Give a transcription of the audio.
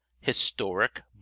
Historic